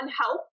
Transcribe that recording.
help